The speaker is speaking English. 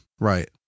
right